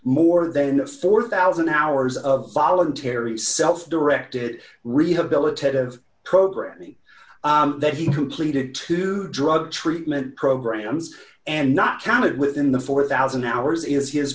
more than four thousand hours of voluntary self directed rehabilitative programming that he who pleaded to drug treatment programs and not counted within the four thousand hours is his